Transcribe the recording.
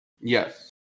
Yes